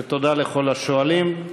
תודה לכל השואלים.